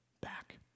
back